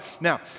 Now